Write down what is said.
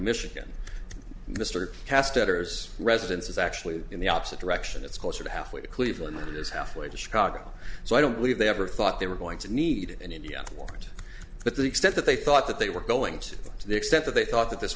michigan mr caster's residence is actually in the opposite direction it's closer to halfway to cleveland that is half way to chicago so i don't believe they ever thought they were going to need in india for it but the extent that they thought that they were going to the extent that they thought that this